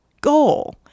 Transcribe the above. goal